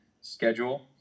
schedule